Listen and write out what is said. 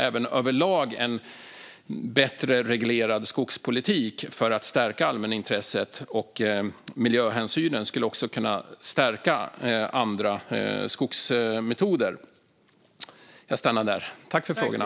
Även en bättre reglerad skogspolitik överlag skulle vara bra för att stärka allmänintresset och miljöhänsynen. Det skulle också kunna stärka andra skogsmetoder. Jag stannar där. Tack för frågorna!